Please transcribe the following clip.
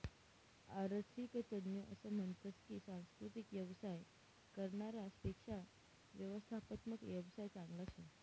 आरर्थिक तज्ञ असं म्हनतस की सांस्कृतिक येवसाय करनारास पेक्शा व्यवस्थात्मक येवसाय चांगला शे